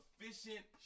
efficient